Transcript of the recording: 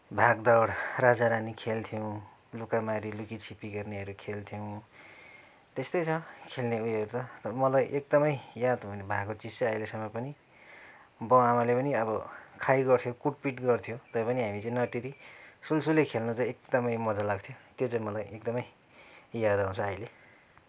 भागदौड राजा रानी खेल्थ्यौँ लुकामारी लुकिछिपी गर्नेहरू खेल्थ्यौँ त्यस्तै छ खेल्ने उयोहरू त तर मलाई एकदमै याद हुने भएको चिज चाहिँ अहिलेसम्म पनि बाबुआमाले पनि अब खै गर्थ्यो कुटपिट गर्थ्यो तैपनि हामी चाहिँ नटेरी सुलसुले खेल्नु चाहिँ एकदमै मजा लाग्थ्यो त्यो चाहिँ मलाई एकदमै याद आउँछ अहिले